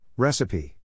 Recipe